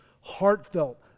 heartfelt